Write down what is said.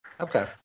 Okay